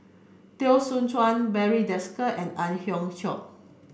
Teo Soon Chuan Barry Desker and Ang Hiong Chiok